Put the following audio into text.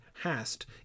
hast